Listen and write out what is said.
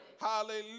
Hallelujah